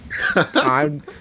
time